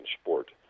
sport